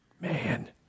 Man